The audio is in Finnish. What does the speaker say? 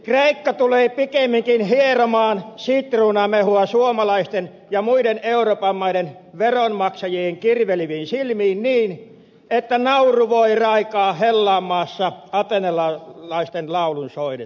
kreikka tulee pikemminkin hieromaan sitruunamehua suomalaisten ja muiden euroopan maiden veronmaksajien kirveleviin silmiin niin että nauru voi raikaa hellaanmaassa ateenalaisten laulun soidessa